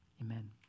amen